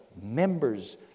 members